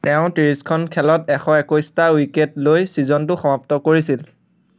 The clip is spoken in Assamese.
তেওঁ ত্ৰিছখন খেলত এশ একৈছটা উইকেট লৈ ছিজনটো সমাপ্ত কৰিছিল